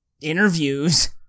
interviews